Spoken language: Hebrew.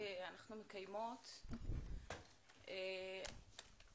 אני מתכבדת לפתוח את הישיבה.